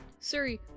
Suri